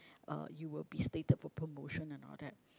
uh you will be slated for promotion and all that